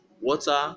water